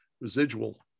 residual